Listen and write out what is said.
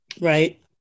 Right